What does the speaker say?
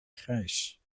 grijs